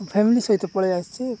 family ସହିତ ପଳେଇ ଆସିଛି